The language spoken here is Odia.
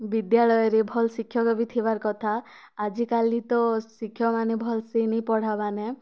ବିଦ୍ୟାଳୟରେ ଭଲ ଶିକ୍ଷକ ବି ଥିବାର କଥା ଆଜିକାଲି ତ ଶିକ୍ଷକମାନେ ଭଲ ସେ ନେଇ ପଢ଼ାବାନେ